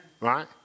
Right